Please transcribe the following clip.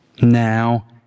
Now